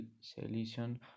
Selection